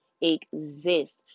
exist